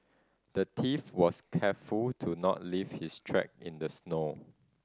the thief was careful to not leave his track in the snow